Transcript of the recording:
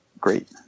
great